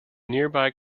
nearby